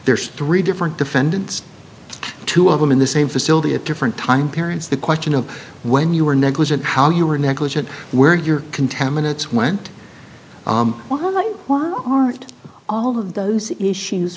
there's three different defendants two of them in the same facility at different time periods the question of when you were negligent how you were negligent where your contaminants went wow like why are all of those issues